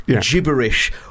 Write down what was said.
gibberish